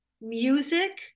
music